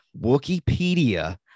Wikipedia